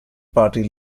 party